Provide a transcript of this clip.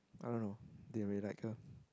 I don't know didn't really like her